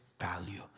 value